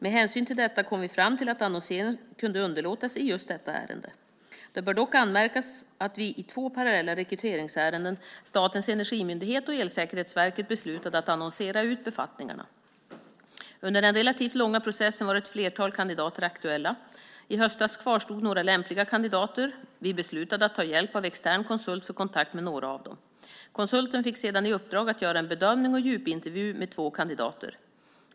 Med hänsyn till detta kom vi fram till att annonsering kunde underlåtas i just detta ärende. Det bör dock anmärkas att vi i två parallella rekryteringsärenden, Statens energimyndighet och Elsäkerhetsverket, beslutade att annonsera ut befattningarna. Under den relativt långa processen var ett flertal kandidater aktuella. I höstas kvarstod några lämpliga kandidater. Vi beslutade att ta hjälp av en extern konsult för kontakt med några av dem. Konsulten fick sedan i uppdrag att göra en bedömning och en djupintervju med två kandidater.